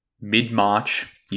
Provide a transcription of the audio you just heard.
mid-March